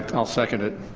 i'll second it.